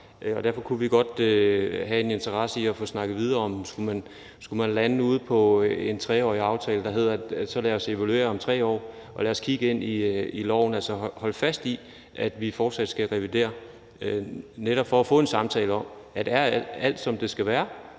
derfor kunne vi godt have en interesse i at få diskuteret videre, om man skulle lande på en 3-årig aftale, der hedder, at vi så evaluerer om 3 år. Lad os kigge ind i loven, altså holde fast i, at vi fortsat skal revidere den netop for at få en samtale om, om alt er, som det skal være.